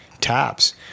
taps